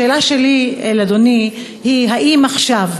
השאלה שלי אל אדוני היא: האם עכשיו,